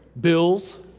Bills